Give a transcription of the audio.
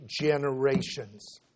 generations